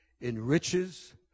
enriches